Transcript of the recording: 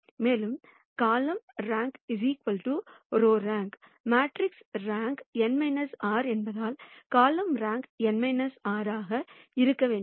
மேலும் காலம்கள் rank row rank மேட்ரிக்ஸின் ரேங்க் n r என்பதால் காலம்கள் ரேங்க் n r ஆக இருக்க வேண்டும்